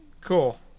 Cool